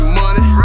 money